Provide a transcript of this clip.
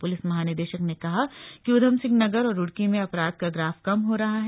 police महानिदेशक ने कहा कि ऊधमसिंहनगर और रुड़की में अपराध का ग्राफ कम हो रहा है